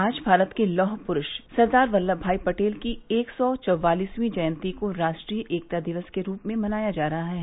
आज भारत के लौह पुरूष सरदार वल्लभ भाई पटेल की एक सौ चौवालिसर्वी जयंती को राष्ट्रीय एकता दिवस के रूप में मनाया जा रहा है